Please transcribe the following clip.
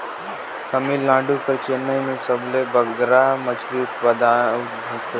तमिलनाडु कर चेन्नई में सबले बगरा मछरी उत्पादन होथे